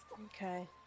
Okay